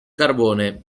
carbone